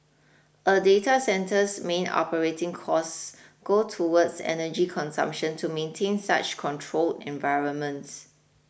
a data centre's main operating costs go towards energy consumption to maintain such controlled environments